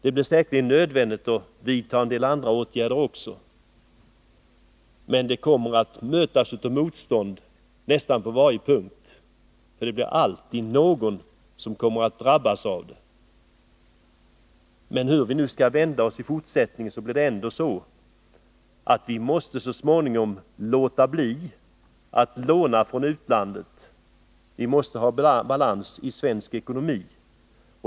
Det blir säkerligen nödvändigt att vidta en del andra åtgärder också, men det kommer att mötas av motstånd på nästan varje punkt, eftersom det alltid är någon som drabbas. Men hur vi än skall vända oss i fortsättningen måste vi ändå så småningom låta bli att låna från utlandet. Vi måste ha balans i svensk ekonomi.